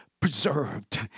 preserved